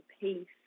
peace